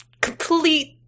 complete